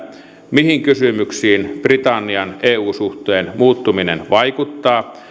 mihin kysymyksiin britannian eu suhteen muuttuminen vaikuttaa